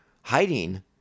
hiding